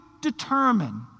determine